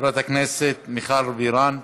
חברת הכנסת מיכל בירן,